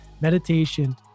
meditation